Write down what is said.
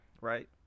right